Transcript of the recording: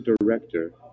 director